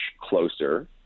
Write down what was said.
closer